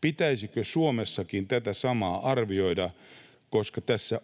pitäisikö Suomessakin tätä samaa arvioida, koska tässä